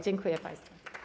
Dziękuję państwu.